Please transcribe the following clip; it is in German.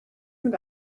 mit